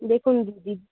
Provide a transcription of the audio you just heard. দেখুন দিদি